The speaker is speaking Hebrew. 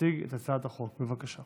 להציג את הצעת החוק, בבקשה.